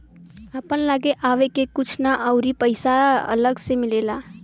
आपन लागे आवे के कुछु ना अउरी पइसा अलग से मिलेला